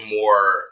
more